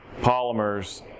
polymers